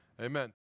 Amen